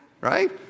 right